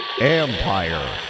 Empire